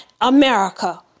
America